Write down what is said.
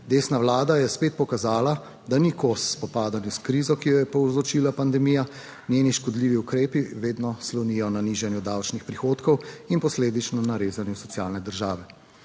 Desna vlada je spet pokazala, da ni kos spopadanju s krizo, ki jo je povzročila pandemija, njeni škodljivi ukrepi vedno slonijo na nižanju davčnih prihodkov in posledično na rezanju socialne države.